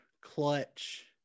clutch